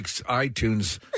iTunes